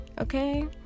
okay